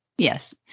Yes